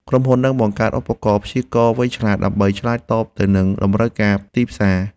ក្រុមហ៊ុននឹងបង្កើតឧបករណ៍ព្យាករណ៍វៃឆ្លាត ដើម្បីឆ្លើយតបទៅនឹងតម្រូវការទីផ្សារ។